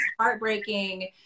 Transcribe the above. heartbreaking